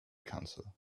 council